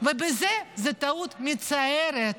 ובזה זו טעות מצערת,